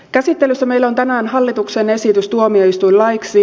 käsittelyssä meillä on tänään hallituksen esitys tuomioistuinlaiksi